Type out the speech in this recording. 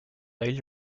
highly